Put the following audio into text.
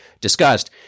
discussed